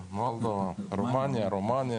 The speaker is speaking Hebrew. רומניה